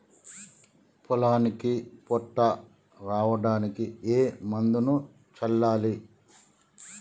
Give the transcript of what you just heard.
పొలానికి పొట్ట రావడానికి ఏ మందును చల్లాలి?